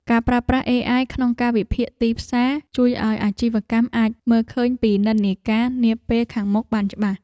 ការប្រើប្រាស់អេអាយក្នុងការវិភាគទីផ្សារជួយឱ្យអាជីវកម្មអាចមើលឃើញពីនិន្នាការនាពេលខាងមុខបានច្បាស់។